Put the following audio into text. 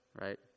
right